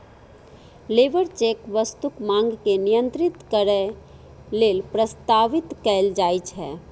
labour check वस्तुक मांग के नियंत्रित करै लेल प्रस्तावित कैल जाइ छै